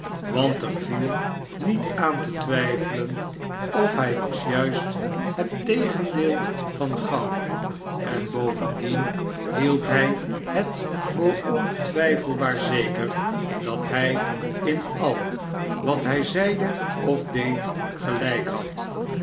want er vielmet aan te twijfelen of hij was juist het legended van gauw enbovendien hield hij het voor ontwijfelbaar zeker dat hi in a wat hy zeide of deed gelijk had